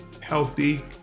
Healthy